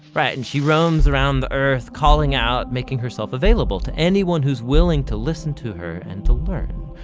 right, and she roams around the earth, calling out, making herself available to anyone who's willing to listen to her and to learn.